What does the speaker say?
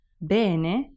bene